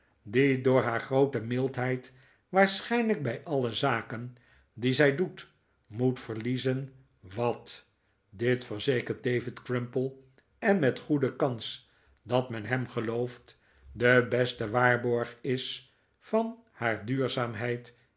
die door haar groote mildheid waarschijnlijk bij alle zaken die zij doet moet verliezen wat dit verzekert david crimple en met goede kahs dat men hem gelooft de beste waarborg is van haar duurzaamheid